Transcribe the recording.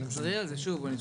יש